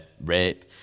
rape